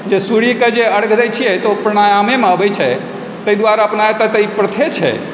जे सूर्य के जे अर्घ्य दैत छियै तऽ ओ प्राणायामे आबैत छै तैं दुआरे अपना एतय तऽ ई प्रथे छै